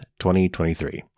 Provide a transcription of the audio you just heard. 2023